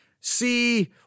See